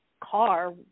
car